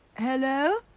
hello,